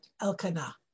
Elkanah